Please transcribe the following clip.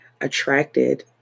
attracted